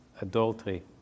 adultery